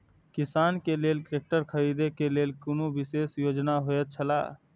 किसान के लेल ट्रैक्टर खरीदे के लेल कुनु विशेष योजना होयत छला?